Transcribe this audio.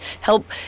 help